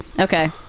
Okay